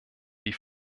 die